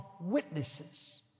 witnesses